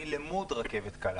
אני למוד רכבת קלה.